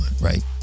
right